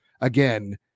again